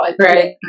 right